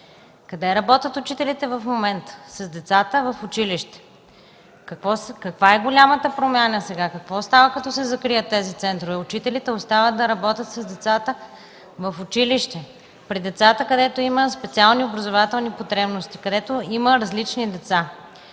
Къде работят учителите в момента? С децата в училище. Каква е голямата промяна сега? Какво става, като се закрият тези центрове? Учителите остават да работят с децата в училище, където има специални образователни потребности, където има различни деца.